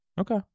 Okay